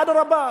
אדרבה,